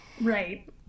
Right